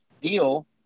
deal